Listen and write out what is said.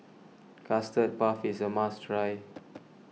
Custard Puff is a must try